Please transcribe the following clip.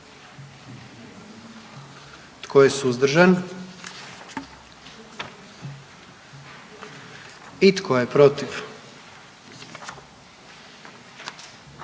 Tko je suzdržan? I tko je protiv?